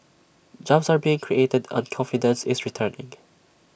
jobs are being created and confidence is returning